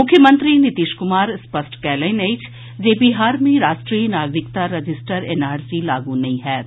मुख्यमंत्री नीतीश कुमार स्पष्ट कयलनि अछि जे बिहार मे राष्ट्रीय नागरिकता रजिस्टर एनआरसी लागू नहि होयत